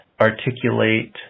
articulate